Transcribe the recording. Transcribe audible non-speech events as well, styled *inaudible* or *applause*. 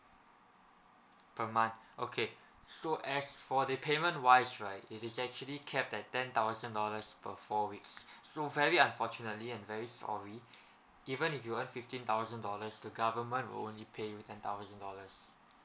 per month okay so as for the payment wise right it is actually capped at ten thousand dollars per four weeks *breath* so very unfortunately and very sorry even if you earn fifteen thousand dollars the government will only pay you ten thousand dollars